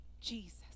Jesus